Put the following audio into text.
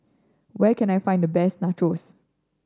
where can I find the best Nachos